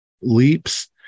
leaps